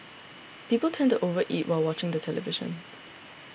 people tend to over eat while watching the television